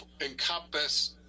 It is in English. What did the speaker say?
encompass